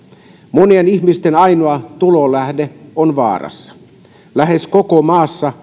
monien ihmisten ainoa tulonlähde on vaarassa lähes koko maassa